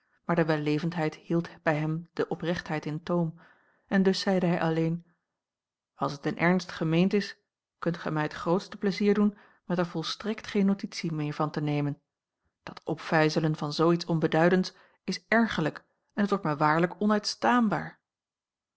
maar de wellevendheid hield bij hem de oprechtheid in toom en dus zeide hij alleen als het in ernst gemeend is kunt gij mij het grootste pleizier doen met er volstrekt geen notitie meer van te nemen dat opvijzelen van zoo iets onbeduidends is ergerlijk en t wordt mij waarlijk